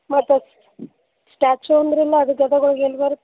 ಮತ್ತೆ ಸ್ಟ್ಯಾಚ್ಯು ಅಂದರಲ್ಲ ಅದು ಗದಗ ಒಳಗೆ ಎಲ್ಲಿ ಬರತ್ತೆ